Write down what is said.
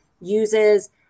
uses